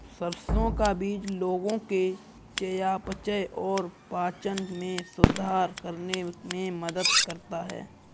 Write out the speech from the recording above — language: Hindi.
सरसों का बीज लोगों के चयापचय और पाचन में सुधार करने में मदद करता है